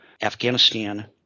Afghanistan